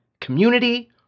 Community